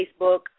Facebook